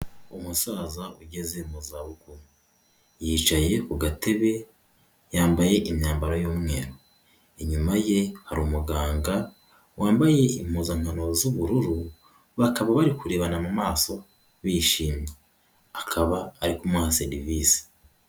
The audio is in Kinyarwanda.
Umusaza ugeze mu zabukuru. Yicaye ku gatebe, yambaye imyambaro y'umweru. Inyuma ye hari umuganga wambaye impuzankano z'ubururu, bakaba bari kurebana mu maso bishimye. Akaba ari kumuha serivisi.